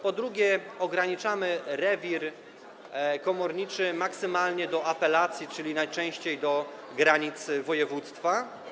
Po drugie, ograniczamy rewir komorniczy maksymalnie do obszaru apelacji, czyli najczęściej do granic województwa.